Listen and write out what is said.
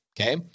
Okay